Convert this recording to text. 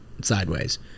sideways